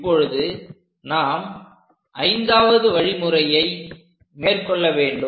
இப்போது நாம் ஐந்தாவது வழி முறையை மேற்கொள்ள வேண்டும்